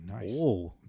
nice